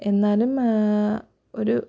എന്നാലും ഒരു